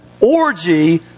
orgy